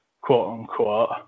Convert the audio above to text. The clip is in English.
quote-unquote